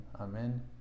Amen